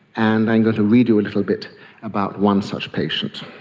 and i'm going to read you a little bit about one such patient.